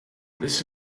that